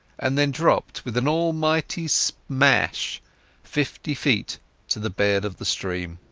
and then dropped with an almighty smash fifty feet to the bed of the stream.